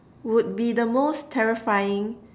would be the most terrifying